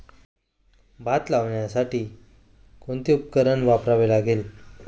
भात लावण्यासाठी कोणते उपकरण वापरावे लागेल?